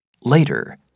Later